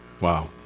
Wow